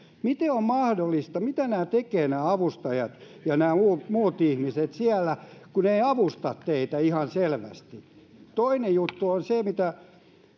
miten on mahdollista mitä nämä avustajat ja nämä muut ihmiset tekevät siellä kun eivät avusta teitä ihan selvästi toinen juttu on se mitä